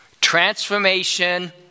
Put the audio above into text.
Transformation